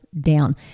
down